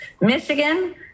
Michigan